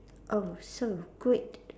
oh so good